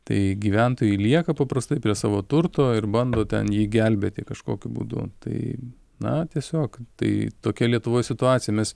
tai gyventojai lieka paprastai prie savo turto ir bando ten jį gelbėti kažkokiu būdu tai na tiesiog tai tokia lietuvoj situacija mes